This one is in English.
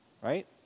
right